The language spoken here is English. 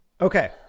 Okay